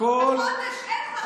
בחודש אין אחריות לממשלה.